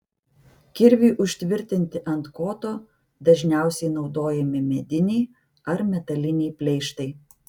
kirviui užtvirtinti ant koto dažniausiai naudojami mediniai ar metaliniai pleištai